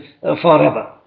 forever